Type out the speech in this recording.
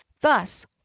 Thus